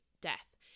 death